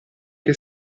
che